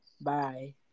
Bye